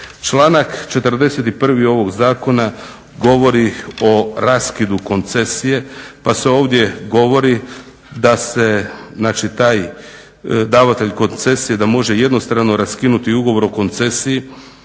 Članak 41.ovog zakona govori o raskidu koncesije pa se ovdje govori da se davatelj koncesije može jednostrano raskinuti ugovor o koncesiji